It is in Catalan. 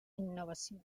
innovació